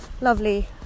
Lovely